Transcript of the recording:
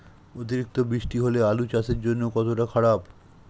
অতিরিক্ত বৃষ্টি হলে আলু চাষের জন্য কতটা খারাপ?